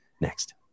next